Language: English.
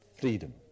freedom